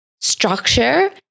structure